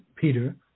Peter